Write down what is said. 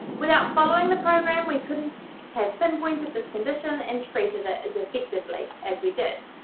without following the program, we couldn't have pinpointed this condition and treated it as effectively as we did.